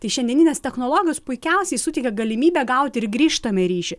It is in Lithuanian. tai šiandieninės technologijos puikiausiai suteikia galimybę gauti ir grįžtamąjį ryšį